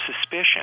suspicion